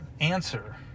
answer